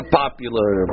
popular